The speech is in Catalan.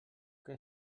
que